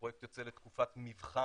הפרויקט יוצא לתקופת מבחן